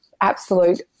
absolute